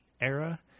era